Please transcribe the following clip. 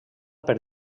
per